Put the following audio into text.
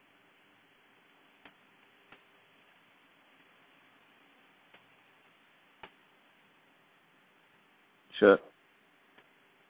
sure